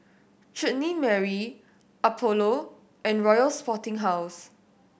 Chutney Mary Apollo and Royal Sporting House